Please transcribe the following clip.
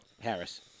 Harris